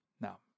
now